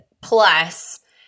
Plus